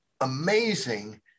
amazing